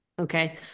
okay